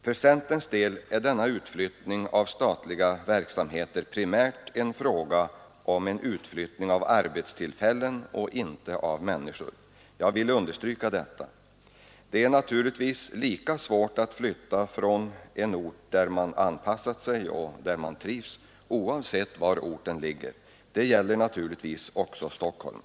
För centerns del är denna utflyttning av statliga verksamheter primärt en fråga om utflyttning av arbetstillfällen och inte av människor — jag vill understryka detta. Det är givetvis lika svårt att flytta från en ort där man anpassat sig och där man trivs oavsett var orten ligger. Det gäller naturligtvis också Stockholm.